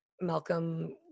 Malcolm